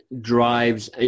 drives